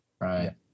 Right